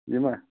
یِماہ